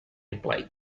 reply